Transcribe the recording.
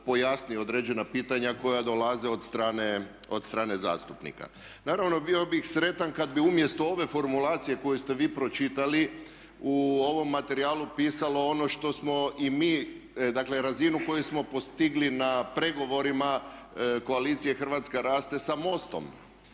pojasni određena pitanja koja dolaze od strane zastupnika. Naravno, bio bih sretan kad bi umjesto ove formulacije koju ste vi pročitali u ovom materijalu pisalo ono što smo i mi, dakle razinu koju smo postigli na pregovorima koalicije Hrvatska raste sa MOST-om.